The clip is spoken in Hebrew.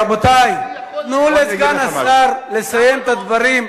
רבותי, תנו לסגן השר לסיים את הדברים.